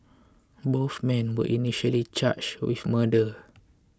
both men were initially charged with murder